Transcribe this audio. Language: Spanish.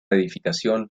edificación